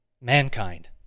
mankind